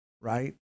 right